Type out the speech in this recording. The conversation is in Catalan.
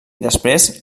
després